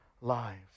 lives